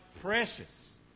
precious